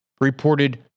reported